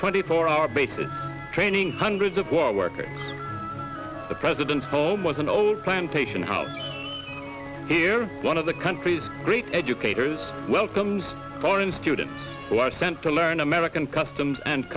twenty four hour basis training hundreds of war workers the president's home was an old plantation house here one of the country's great educators welcomes foreign students who are sent to learn american customs and